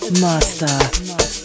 Master